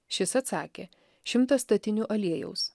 šis atsakė šimtą statinių aliejaus